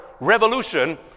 revolution